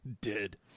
Dead